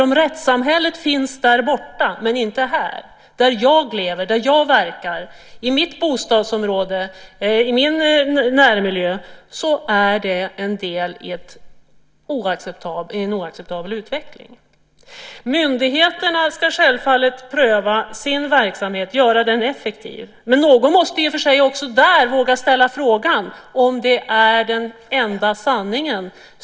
Om rättssamhället finns där borta men inte här där jag lever och verkar, i mitt bostadsområde, i min närmiljö, så är det en del i en oacceptabel utveckling. Myndigheterna ska självfallet pröva sin verksamhet och göra den effektiv. Men också där måste någon våga ställa frågan om det är den enda sanningen.